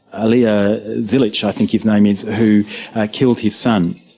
alya zilic, i think his name is, who killed his son,